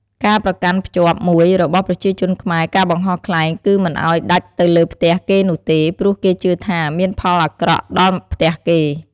ការប្រកាន់ភ្ជាប់មួយរបស់ប្រជាជនខ្មែរការបង្ហោះខ្លែងគឺមិនអោយដាច់ទៅលើផ្ទះគេនោះទេព្រោះគេជឿថាមានផលអាក្រក់ដល់ផ្ទះគេ។